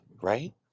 right